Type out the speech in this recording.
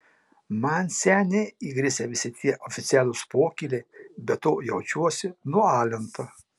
man seniai įgrisę visi tie oficialūs pokyliai be to jaučiuosi nualinta